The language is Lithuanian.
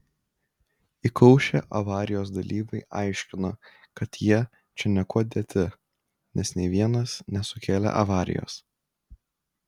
įkaušę avarijos dalyviai aiškino kad jie čia niekuo dėti nes nei vienas nesukėlė avarijos